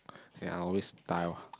ya I always